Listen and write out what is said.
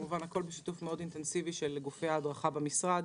הכול כמובן בשיתוף אינטנסיבי מאוד של גופי ההדרכה במשרד.